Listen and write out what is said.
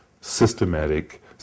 systematic